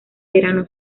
verano